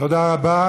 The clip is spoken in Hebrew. תודה רבה.